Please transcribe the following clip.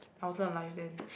I wasn't alive then